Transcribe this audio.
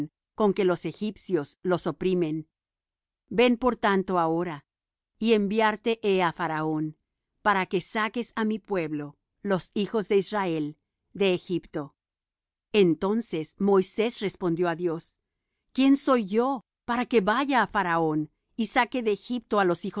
con que los egipcios los oprimen ven por tanto ahora y enviarte he á faraón para que saques á mi pueblo los hijos de israel de egipto entonces moisés respondió á dios quién soy yo para que vaya á faraón y saque de egipto á los